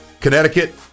Connecticut